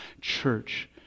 church